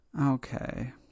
okay